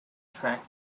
track